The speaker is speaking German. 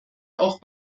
auch